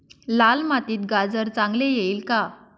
लाल मातीत गाजर चांगले येईल का?